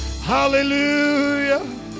Hallelujah